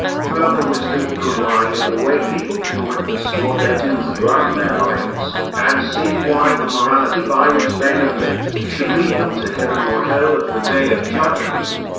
further wisdom could lie in the way people can witness what they do throughout their lives, and see why the morality by which they have lived should lead them to heaven or hell at the day of judgment.